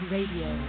Radio